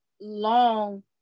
long